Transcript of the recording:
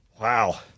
Wow